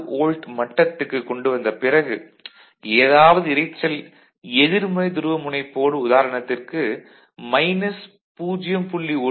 66 volt மட்டத்துக்கு கொண்டு வந்த பிறகு ஏதாவது இரைச்சல் எதிர்மறை துருவமுனைப்போடு உதாரணத்திற்கு மைனஸ் 0